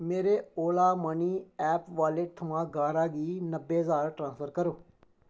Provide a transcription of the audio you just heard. मेरे Ola money app wallet थमां गारा गी नब्बे ज्हार ट्रांसफर करो